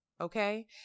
okay